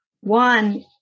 one